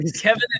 Kevin